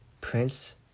Prince